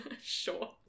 Sure